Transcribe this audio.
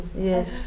Yes